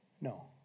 No